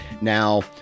Now